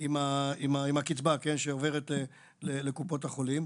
עם הקצבה שעוברת לקופות החולים.